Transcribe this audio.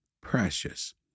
precious